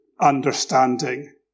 understanding